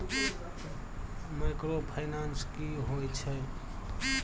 Microfinance की होय छै?